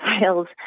sales